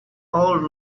old